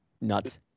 nuts